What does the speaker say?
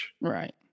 Right